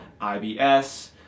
IBS